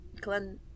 Glenn